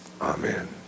Amen